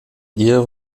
ihr